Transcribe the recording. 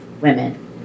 women